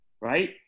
right